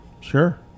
Sure